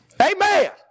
Amen